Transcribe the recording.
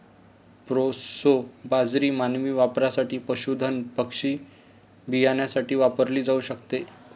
proso बाजरी मानवी वापरासाठी, पशुधन पक्षी बियाण्यासाठी वापरली जाऊ शकते